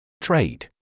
Trade